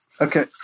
Okay